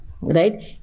right